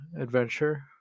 adventure